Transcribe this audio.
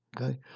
okay